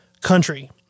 country